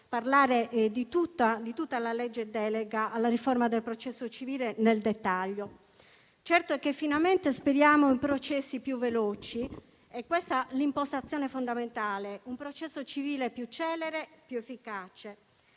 parlare di tutta la legge delega alla riforma del processo civile nel dettaglio. Certo è che finalmente speriamo in processi più veloci. È questa l'impostazione fondamentale: un processo civile più celere e più efficace.